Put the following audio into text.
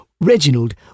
Reginald